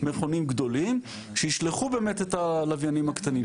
מכונים גדולים שישלחו באמת את הלוויינים הקטנים,